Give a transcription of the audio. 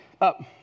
up